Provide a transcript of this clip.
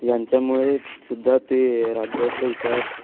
यांच्यामुळे सुद्धा ते राज्याचा इतिहास